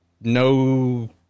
no